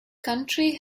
county